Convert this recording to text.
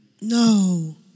No